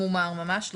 ממש לא,